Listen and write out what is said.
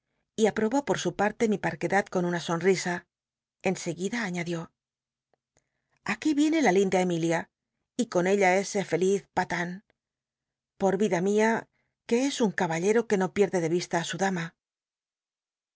y ap robó por su pal'tc mi parquedad con una sonrisa en scguidá añadió aquí viene la linda emilia y con ella ese feliz pat por vida mia que es un c tballci'o c uc no pierde de vista su dama